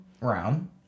round